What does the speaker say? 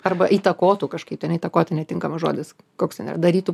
arba įtakotų kažkaip įtakoti netinkamas žodis koks darytų